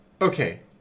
Okay